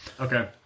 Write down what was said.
Okay